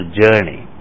journey